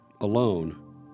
alone